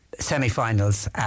semi-finals